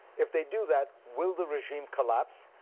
if they do that, will the regime collapse?